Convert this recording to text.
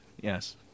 yes